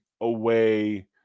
away